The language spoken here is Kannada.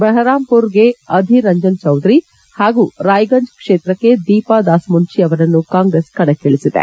ಬಹ್ರಾಮ್ಪುರ್ಗೆ ಅಧೀರ್ ರಂಜನ್ ಚೌಧರಿ ಹಾಗೂ ರಾಯ್ಗಂಜ್ ಕ್ಷೇತ್ರಕ್ಕೆ ದೀಪಾ ದಾಸ್ಮುನ್ಷಿ ಅವರನ್ನು ಕಾಂಗ್ರೆಸ್ ಕಣಕ್ತಿಳಿಸಿದೆ